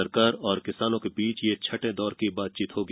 सरकार और किसानों के बीच यह छठें दौर की बातचीत होगी